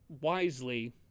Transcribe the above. wisely